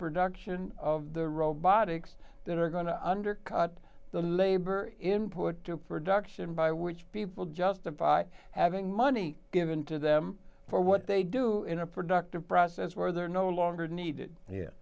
production of the robotics that are going to undercut the labor input to production by which people justify having money given to them for what they do in a productive process where they're no longer need